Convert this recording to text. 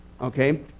okay